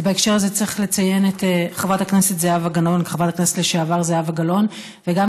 ובהקשר הזה צריך לציין את חברת הכנסת לשעבר זהבה גלאון וגם